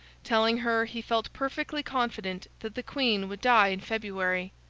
telling her he felt perfectly confident that the queen would die in february.